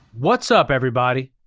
what's up everybody?